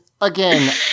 again